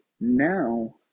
Now